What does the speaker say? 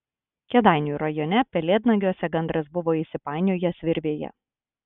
kėdainių rajone pelėdnagiuose gandras buvo įsipainiojęs virvėje